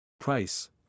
Price